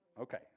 okay